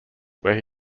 where